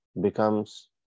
becomes